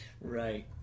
Right